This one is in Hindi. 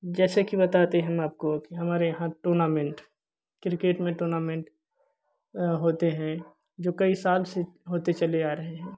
जैसे कि बता दे हम आपको की हमारे यहाँ टूर्नामेंट क्रिकेट में टूर्नामेंट होते हैं जो कई साल से होते चले आ रहे हैं